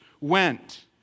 went